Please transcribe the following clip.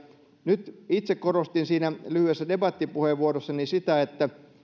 nyt itse korostin siinä lyhyessä debattipuheenvuorossani sitä että